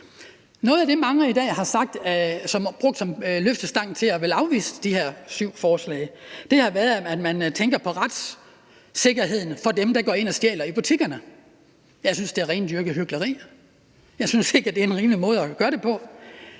Noget af det, som mange i dag har brugt som løftestang til at ville afvise de her syv forslag, har været, at de tænker på retssikkerheden for dem, der går ind og stjæler i butikkerne. Jeg synes, det er rendyrket hykleri, og jeg synes ikke, det er en rimelig måde at gøre det på.